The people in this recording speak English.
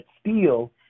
steel